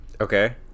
okay